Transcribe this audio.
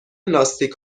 لاستیک